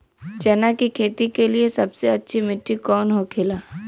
चना की खेती के लिए सबसे अच्छी मिट्टी कौन होखे ला?